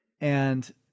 And-